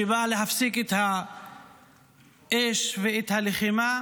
שבא להפסיק את האש ואת הלחימה,